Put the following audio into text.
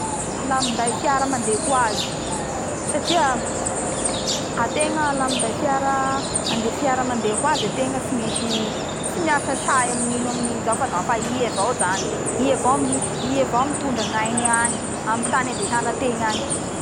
La minday fiara mandeha ho azy satria ategna la minday fiara mandeha fiara mandeha hoa azy ategna tsy misy tsy miasa say amignino amignino zao fa dafa i avao zany i avaozany i avao mitondra gnainy agny amy tany andehana tegna agny